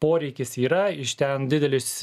poreikis yra iš ten didelis